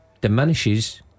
diminishes